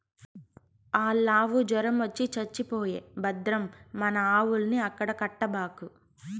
ఆల్లావు జొరమొచ్చి చచ్చిపోయే భద్రం మన ఆవుల్ని ఆడ కట్టబాకు